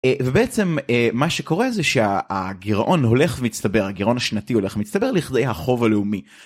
ובעצם מה שקורה זה שהגרעון הולך מצטבר הגרעון השנתי הולך ומצטבר לכדי החוב הלאומי.